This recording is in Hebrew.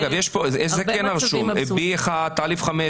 אגב, זה כן רשום, Bׁׁ(1), א(5).